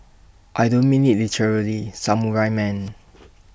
I don't mean IT literally samurai man